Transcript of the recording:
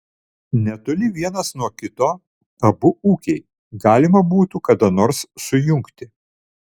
netoli vienas nuo kito abu ūkiai galima būtų kada nors sujungti